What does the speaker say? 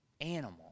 animal